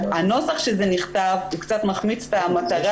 הנוסח שזה נכתב הוא קצת מחמיץ את המטרה